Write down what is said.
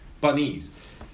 Bunnies